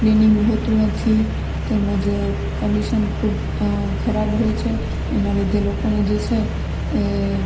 cleaning હોતું નથી તેમજ કન્ડિશન ખૂબ ખરાબ હોય છે એના લીધે લોકોને જે છે એ